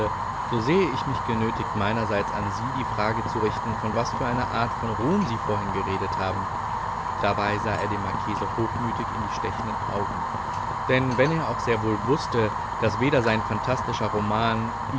so sehe ich mich genötigt meinerseits an sie die frage zu richten von was für einer art von ruhm sie vorhin geredet haben dabei sah er dem marchese hochmütig in die stechenden augen denn wenn er auch sehr wohl wußte daß weder sein phantastischer roman